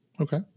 Okay